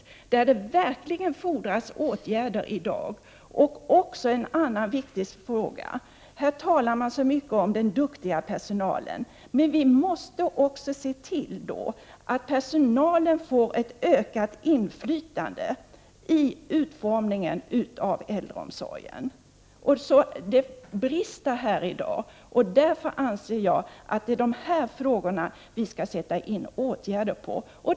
Där fordras det verkligen åtgärder i dag. Detta gäller även en annan viktig fråga. Här talar man så mycket om den duktiga personalen, men vi måste se till att personalen får ett ökat inflytande i utformningen av äldreomsorgen. I dag finns det brister. Jag anser därför att det är dessa frågor vi skall sätta in åtgärder för.